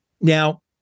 Now